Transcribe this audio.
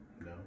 No